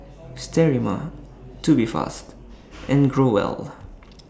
Sterimar Tubifast and Growell